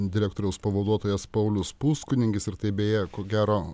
direktoriaus pavaduotojas paulius puskunigis ir tai beje ko gero